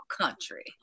country